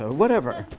ah whatever.